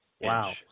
Wow